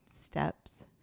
steps